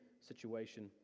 situation